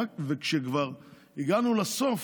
כשכבר הגענו לסוף,